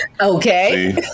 okay